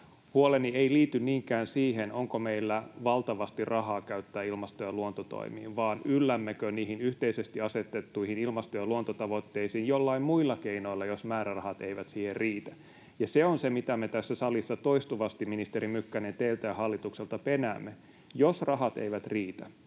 Huoleni ei liity niinkään siihen, onko meillä valtavasti rahaa käyttää ilmasto- ja luontotoimiin, vaan siihen, yllämmekö niihin yhteisesti asetettuihin ilmasto- ja luontotavoitteisiin joillain muilla keinoilla, jos määrärahat eivät siihen riitä. Ja se on se, mitä me tässä salissa toistuvasti, ministeri Mykkänen, teiltä ja hallitukselta penäämme. Jos rahat eivät riitä,